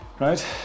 right